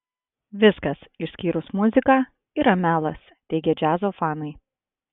viskas išskyrus muziką yra melas teigia džiazo fanai